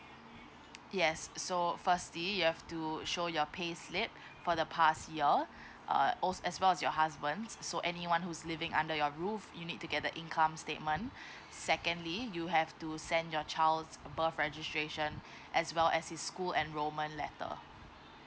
yes so firstly you have to show your pay slip for the past year err als~ as well as your husband's so anyone who's living under your roof you need to get the income statement secondly you have to send your child's uh birth registration as well as his school enrollment letter